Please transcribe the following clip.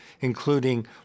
including